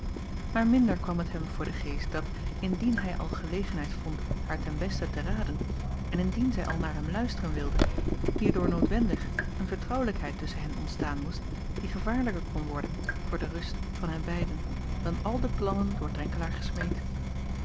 aar minder kwam het hem voor den geest dat indien hij al gelegenheid vond haar ten beste te raden en indien zij al naar hem luisteren wilde hierdoor noodwendig een vertrouwelijkheid tusschen hen ontstaan moest die gevaarlijker kon worden voor de rust van hen beiden dan al de plannen door renkelaer gesmeed